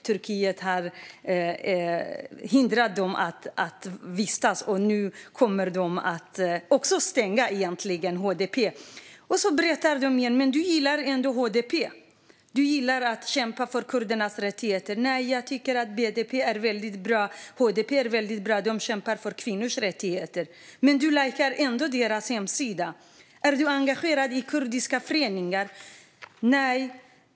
Turkiet har hindrat dem från att vistas där. Nu kommer de att stänga även HDP. Förhöret fortsätter: - Men du gillar ändå HDP? Du gillar att kämpa för kurdernas rättigheter? - Jag tycker att HDP är väldigt bra. De kämpar för kvinnors rättigheter. - Men du lajkar ändå deras hemsida. Är du engagerad i kurdiska föreningar? - Nej.